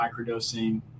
microdosing